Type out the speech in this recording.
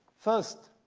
first,